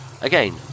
Again